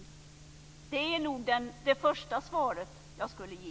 Det är nog det första svaret som jag skulle ge.